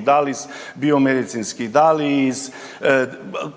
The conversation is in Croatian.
da li biomedicinskih, da li iz